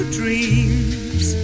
dreams